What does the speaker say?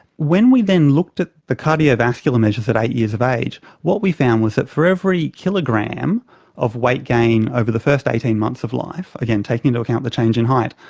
when we then looked at the cardiovascular measures at eight years of age, what we found was that for every kilogram of weight gain over the first eighteen months of life, again taking into account the change in height,